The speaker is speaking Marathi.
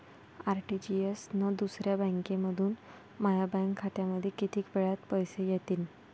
आर.टी.जी.एस न दुसऱ्या बँकेमंधून माया बँक खात्यामंधी कितीक वेळातं पैसे येतीनं?